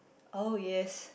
oh yes